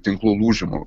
tinklų lūžimo